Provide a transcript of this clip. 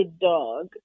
dog